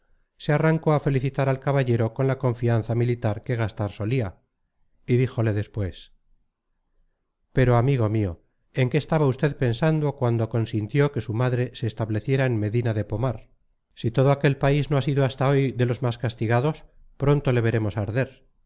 se arrancó a felicitar al caballero con la confianza militar que gastar solía y díjole después pero amigo mío en qué estaba usted pensando cuando consintió que su madre se estableciera en medina de pomar si todo aquel país no ha sido hasta hoy de los más castigados pronto le veremos arder